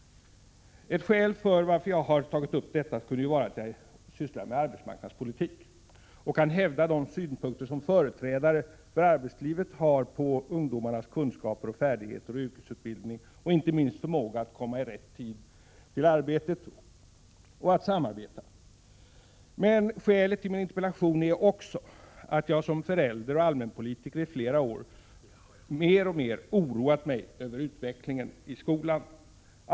Ett skäl till att jag har tagit upp denna fråga är att jag sysslar med arbetsmarknadspolitik och kan hävda de synpunkter som företrädare i arbetslivet har på ungdomarnas kunskap, färdigheter och yrkesutbildning — och inte minst förmågan att komma i rätt tid till arbetet och att samarbeta. Men ett skäl till min interpellation är också att jag som förälder och allmänpolitiker i flera år mer och mer oroat mig över utvecklingen i skolan.